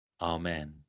Amen